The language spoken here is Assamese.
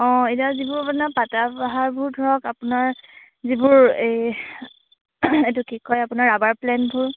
অঁ এতিয়া যিবোৰ মানে পাতাৰ বাহাৰবোৰ ধৰক আপোনাৰ যিবোৰ এই এইটো কি কিয় আপোনাৰ ৰাবাৰ প্লেণ্টবোৰ